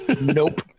Nope